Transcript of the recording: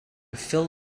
phil